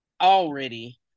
already